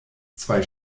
zwei